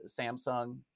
Samsung